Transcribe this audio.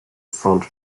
front